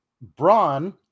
Braun